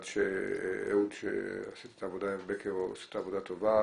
אהוד בקר, עשית עבודה טובה.